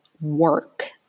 work